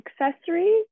accessories